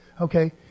okay